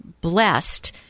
blessed